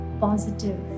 positive